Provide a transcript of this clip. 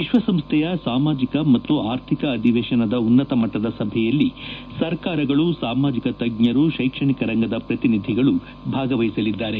ವಿಶ್ವಸಂಸ್ಥೆಯ ಸಾಮಾಜಿಕ ಮತ್ತು ಆರ್ಥಿಕ ಅಧಿವೇಶನದ ಉನ್ನತ ಮಟ್ಲದ ಸಭೆಯಲ್ಲಿ ಸರ್ಕಾರಗಳು ಸಾಮಾಜಿಕ ತಜ್ವರು ಶ್ಲೆಕ್ಸಣಿಕ ರಂಗದ ಶ್ರತಿನಿಧಿಗಳು ಭಾಗವಹಿಸಲಿದ್ದಾರೆ